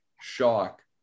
shock